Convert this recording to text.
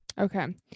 Okay